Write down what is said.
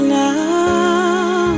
now